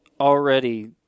already